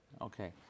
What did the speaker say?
Okay